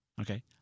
Okay